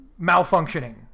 malfunctioning